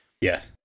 Yes